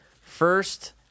First